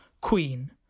Queen